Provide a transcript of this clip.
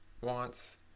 wants